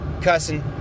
cussing